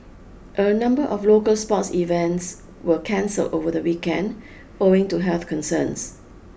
a number of local sports events were cancelled over the weekend owing to health concerns